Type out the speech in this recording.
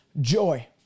joy